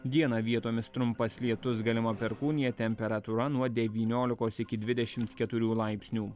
dieną vietomis trumpas lietus galima perkūnija temperatūra nuo devyniolikos iki dvidešimt keturių laipsnių